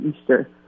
Easter